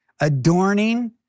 adorning